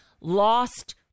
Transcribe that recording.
lost